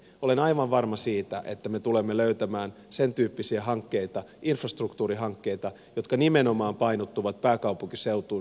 olen aivan varma siitä että me tulemme löytämään sentyyppisiä hankkeita infrastruktuurihankkeita jotka nimenomaan painottuvat pääkaupunkiseudun ulkopuolelle